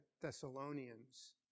Thessalonians